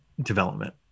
development